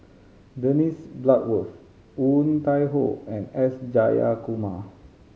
Dennis Bloodworth Woon Tai Ho and S Jayakumar